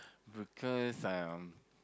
because um